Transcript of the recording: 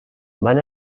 van